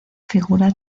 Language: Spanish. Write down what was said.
figura